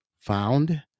found